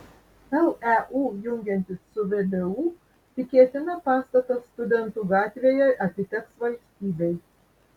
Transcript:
leu jungiantis su vdu tikėtina pastatas studentų gatvėje atiteks valstybei